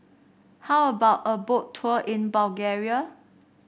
how about a Boat Tour in Bulgaria